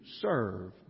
serve